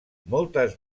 moltes